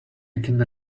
can